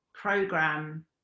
program